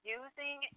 using